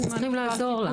אנחנו צריכים לעזור לה.